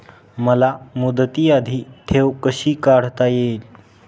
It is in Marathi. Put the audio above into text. मला मुदती आधी ठेव कशी काढता येईल?